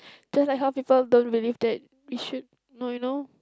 just like how people don't believe that we should no you know